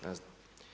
Ne znam.